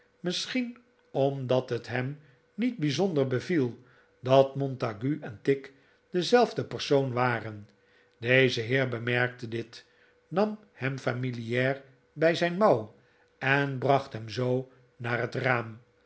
misschien omdat het hem niet bijzonder beviel dat montague en tigg dezelfde persoon waren deze heer bemerkte dit nam hem familiaar bij zijn mouw en bracht hem zoo naar het raam